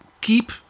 keep